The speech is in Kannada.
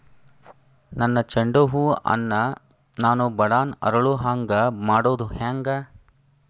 ನನ್ನ ಚಂಡ ಹೂ ಅನ್ನ ನಾನು ಬಡಾನ್ ಅರಳು ಹಾಂಗ ಮಾಡೋದು ಹ್ಯಾಂಗ್?